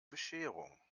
bescherung